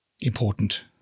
important